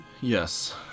Yes